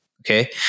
Okay